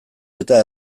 eta